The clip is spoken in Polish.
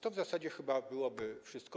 To w zasadzie chyba byłoby wszystko.